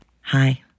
Hi